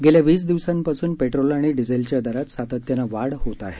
गेल्या वीस दिवसांपासून पेट्रोल आणि डिझेलच्या दरात सातत्यानं वाढ होत आहे